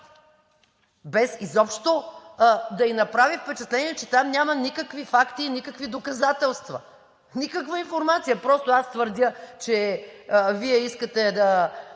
без изобщо да ѝ направи впечатление, че там няма никакви факти и никакви доказателства, никаква информация – просто аз твърдя, че Вие искате да